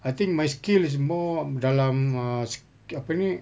I think my skill is more dalam ah sk~ apa ni